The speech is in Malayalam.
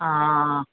ആ